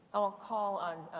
i'll call on